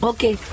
Okay